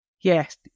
Yes